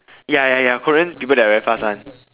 ya ya ya Korean people they are very fast [one]